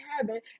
heaven